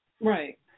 right